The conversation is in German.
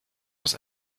aus